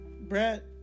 Brett